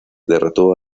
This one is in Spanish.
derrotó